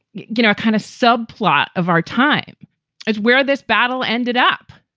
you know, a kind of subplot of our time is where this battle ended up.